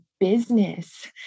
Business